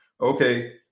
Okay